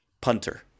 punter